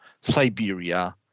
Siberia